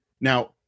Now